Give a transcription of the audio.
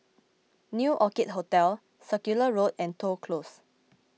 New Orchid Hotel Circular Road and Toh Close